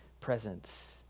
presence